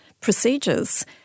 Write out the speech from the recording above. procedures